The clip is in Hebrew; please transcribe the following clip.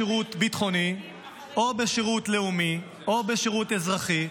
או בשירות ביטחוני או בשירות לאומי או בשירות אזרחי.